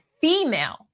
female